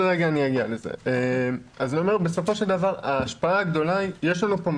ניתן לנציג האוצר להמשיך.